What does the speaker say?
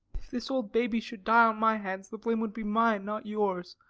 if this old baby should die on my hands the blame would be mine, not yours.